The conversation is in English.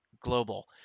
Global